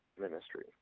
ministry